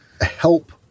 help